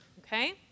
okay